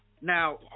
Now